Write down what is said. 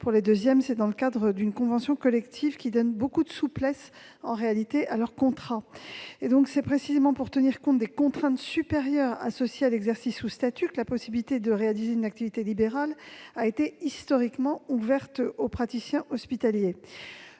d'un statut, les secondes d'une convention collective, laquelle donne beaucoup de souplesse aux contrats. C'est précisément pour tenir compte des contraintes supérieures associées à l'exercice sous statut que la possibilité de réaliser une activité libérale a été historiquement ouverte aux praticiens hospitaliers.